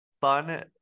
Fun